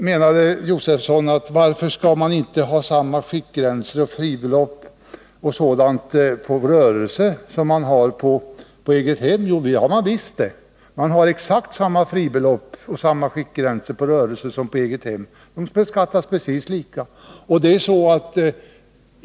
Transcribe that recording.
Stig Josefson frågade varför man inte skall ha samma skiktgränser och fribelopp osv. på rörelse som man har på egethem. Jo, det har man visst det! Man har exakt samma fribelopp och samma skiktgränser på rörelse som på egethem-— de beskattas precis lika.